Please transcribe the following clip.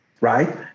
right